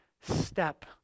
step